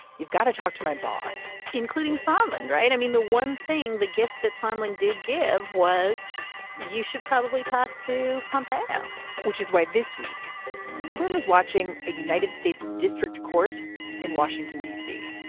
you've got to talk to my boss, including sunland. right. i mean, the one thing the gift that finally did give was you should probably talk to company which is why this week everyone was watching a united states district court in washington, d c.